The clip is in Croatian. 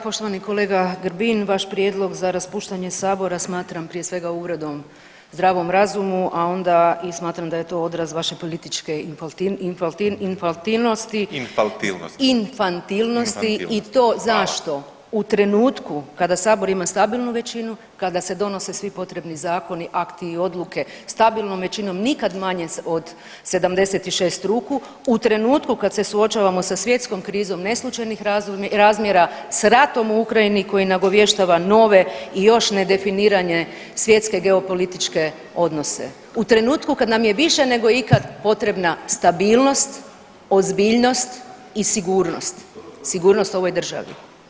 Poštovani kolega Grbin, vaš prijedlog za raspuštanje sabora smatram prije svega uvredom zdravom razumu, a onda i smatram da je to odraz vaše političke infalti, infalti, infaltinosti [[Upadica Grbin: infantilnosti]] infantilnosti [[Upadica Grbin: infantilnosti, hvala]] i to zašto, u trenutku kada sabor ima stabilnu većinu, kada se donose svi potrebni zakoni, akti i odluke stabilnom većinom nikad manje od 76 ruku, u trenutku kad se suočavamo sa svjetskom krizom … [[Govornik se ne razumije]] razmjera, s ratom u Ukrajini koji nagovještava nove i još nedefinirane svjetske geopolitičke odnose, u trenutku kada nam je više nego ikad potrebna stabilnost, ozbiljnost i sigurnost, sigurnost ovoj državi.